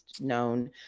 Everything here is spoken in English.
known